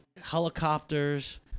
helicopters